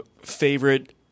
favorite